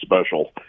special